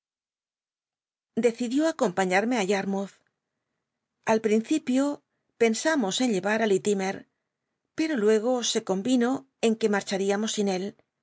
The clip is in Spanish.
decidió acompañarme á yarmouth al principio pensamos en llevar al liti pero luego se convino en que marcharíamos sin él